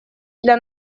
для